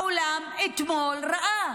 העולם אתמול ראה,